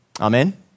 Amen